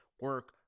Work